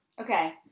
okay